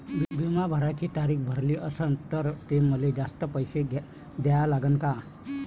बिमा भराची तारीख भरली असनं त मले जास्तचे पैसे द्या लागन का?